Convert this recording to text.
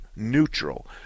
neutral